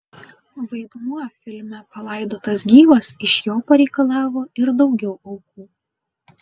vaidmuo filme palaidotas gyvas iš jo pareikalavo ir daugiau aukų